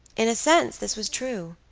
in a sense this was true.